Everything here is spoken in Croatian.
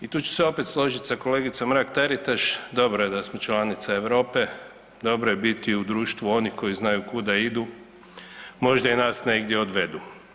I tu ću se opet složiti sa kolegicom Mrak Taritaš, dobro je da smo članica Europe, dobro je biti u društvu onih koji znaju kuda idu, možda i nas negdje odvedu.